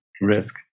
risk